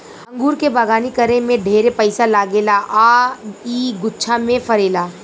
अंगूर के बगानी करे में ढेरे पइसा लागेला आ इ गुच्छा में फरेला